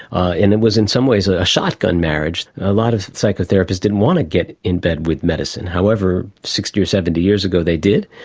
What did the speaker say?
ah it was in some ways ah a shotgun marriage. a lot of psychotherapists didn't want to get in bed with medicine. however, sixty or seventy years ago they did,